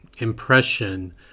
Impression